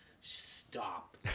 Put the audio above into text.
stop